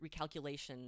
recalculation